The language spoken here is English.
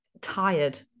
tired